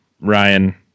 Ryan